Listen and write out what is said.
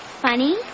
funny